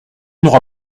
n’aura